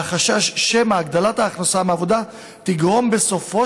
מחשש שמא הגדלת ההכנסה מעבודה תגרום בסופו